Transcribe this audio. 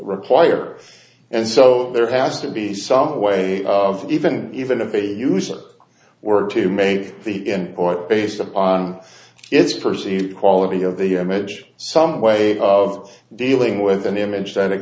require and so there has to be some way of even even of a user were to make the end point based upon its perceived quality of the image some way of dealing with an image that it